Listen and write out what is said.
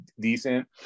decent